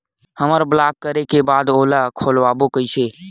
हमर ब्लॉक करे के बाद ओला खोलवाबो कइसे?